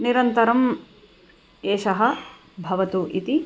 निरन्तरम् एषः भवतु इति